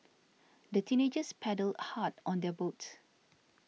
the teenagers paddled hard on their boat